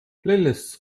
playlists